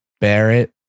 Barrett